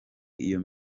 iyo